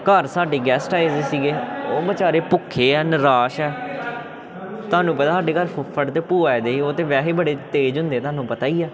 ਘਰ ਸਾਡੇ ਗੈਸਟ ਆਏ ਜ਼ੇ ਸੀਗੇ ਉਹ ਵਿਚਾਰੇ ਭੁੱਖੇ ਆ ਨਿਰਾਸ਼ ਆ ਤੁਹਾਨੂੰ ਪਤਾ ਸਾਡੇ ਘਰ ਫੁੱਫੜ ਅਤੇ ਭੂਆ ਆਏ ਦੇ ਉਹ ਤਾਂ ਵੈਸੇ ਹੀ ਬੜੇ ਤੇਜ਼ ਹੁੰਦੇ ਤੁਹਾਨੂੰ ਪਤਾ ਹੀ ਆ